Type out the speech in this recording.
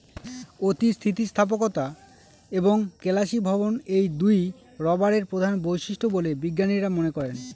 অতি স্থিতিস্থাপকতা এবং কেলাসীভবন এই দুইই রবারের প্রধান বৈশিষ্ট্য বলে বিজ্ঞানীরা মনে করেন